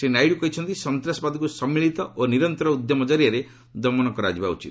ଶ୍ରୀ ନାଇଡ଼ କହିଛନ୍ତି ସନ୍ତାସବାଦକୁ ସମ୍ମିଳିତ ଓ ନିରନ୍ତର ଉଦ୍ୟମ ଜରିଆରେ ଦମନ କରାଯିବା ଉଚିତ